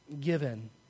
given